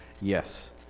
yes